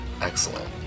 Excellent